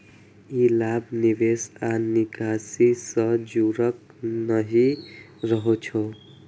ई लाभ निवेश आ निकासी सं जुड़ल नहि रहै छै